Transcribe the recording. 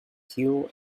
pure